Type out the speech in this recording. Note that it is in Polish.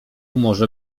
może